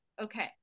Okay